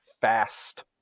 fast